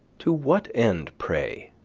to what end, pray,